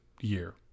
year